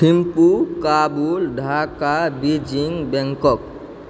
Thimphu Kabul Dhaka Beijing Bangkok